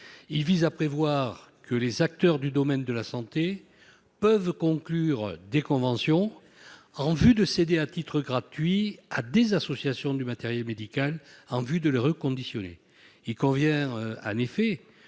Il vise à prévoir que les acteurs du domaine de la santé peuvent conclure des conventions en vue de céder à des associations à titre gratuit du matériel médical pour le reconditionner. Il convient en effet